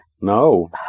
No